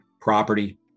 property